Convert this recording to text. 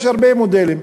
יש הרבה מודלים.